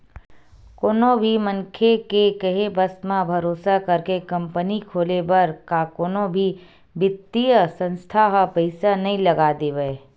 कोनो भी मनखे के केहे बस म, भरोसा करके कंपनी खोले बर का कोनो भी बित्तीय संस्था ह पइसा नइ लगा देवय